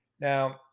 now